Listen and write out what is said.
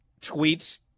tweets